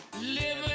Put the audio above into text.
Living